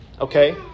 Okay